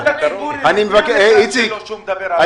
טובת הציבור, זה אנחנו.